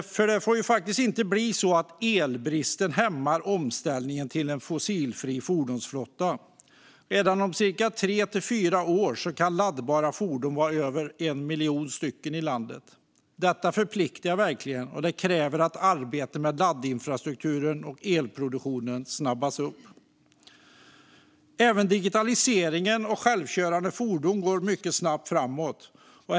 Det får inte bli så att elbristen hämmar omställningen till en fossilfri fordonsflotta. Redan om tre till fyra år kan antalet laddbara fordon i landet vara över 1 miljon. Detta förpliktar och kräver att arbetet med laddinfrastrukturen och elproduktionen snabbas upp. Även digitaliseringen och framtagandet av självkörande fordon går mycket snabbt framåt.